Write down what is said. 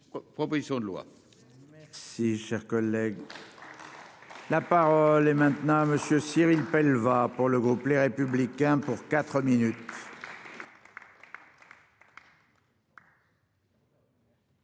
proposition de loi.